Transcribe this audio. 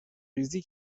ریزی